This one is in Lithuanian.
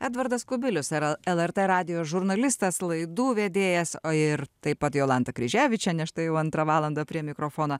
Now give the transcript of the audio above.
edvardas kubilius lr lrt radijo žurnalistas laidų vedėjas o ir taip pat jolanta kryževičienė štai jau antrą valandą prie mikrofono